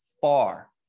far